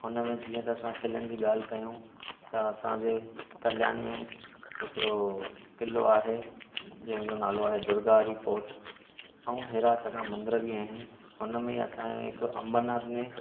हुन में जीअं त असां किलनि जी ॻाल्हि कयूं त असांजे कल्यान में हिकिड़ो किलो आहे जंहिंजो नालो आहे दुर्गा हरी फोर्ट ऐं अहिड़ा चङा मंदर बि आहिनि हुन में असांजो हिकु अमरनाथ में